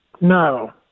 No